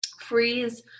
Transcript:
Freeze